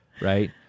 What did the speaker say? right